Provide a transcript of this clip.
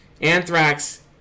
anthrax